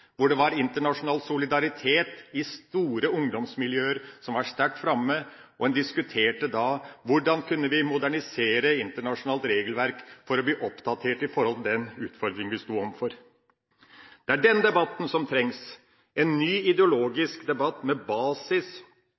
hvor internasjonal solidaritet i store ungdomsmiljøer var sterkt framme, og en diskuterte da: Hvordan kan vi modernisere internasjonalt regelverk for å bli oppdatert i forhold til den utfordringa vi står overfor? Det er den debatten som trengs – en ny ideologisk debatt